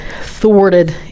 thwarted